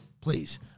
Please